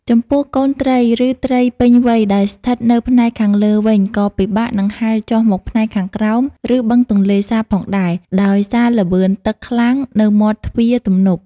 ចំពោះកូនត្រី ឬត្រីពេញវ័យដែលស្ថិតនៅផ្នែកខាងលើវិញ ក៏ពិបាកនឹងហែលចុះមកផ្នែកខាងក្រោម ឬបឹងទន្លេសាបផងដែរ ដោយសារល្បឿនទឹកខ្លាំងនៅមាត់ទ្វារទំនប់។